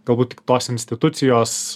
galbūt tik tos institucijos